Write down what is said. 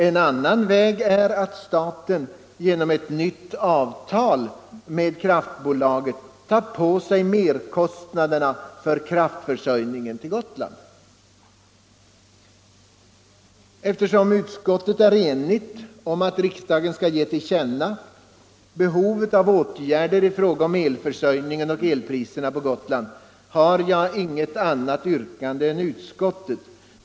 En annan väg är att staten genom ett nytt avtal med kraftbolaget tar på sig merkostnaderna för kraftförsörjningen till Gotland. Eftersom utskottet är enigt om att riksdagen skall ge regeringen till känna behovet av åtgärder i fråga om elförsörjningen och elpriserna på Gotland, har jag inget annat yrkande än utskottets.